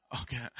Okay